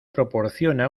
proporciona